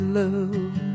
love